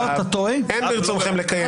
אין ברצונכם לקיים דיון.